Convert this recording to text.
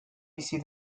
bizi